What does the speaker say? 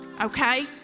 Okay